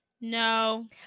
No